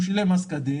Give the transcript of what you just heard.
הוא שילם מס כדין,